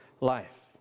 life